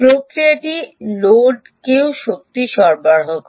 প্রক্রিয়াটি লোডকেও শক্তি সরবরাহ করে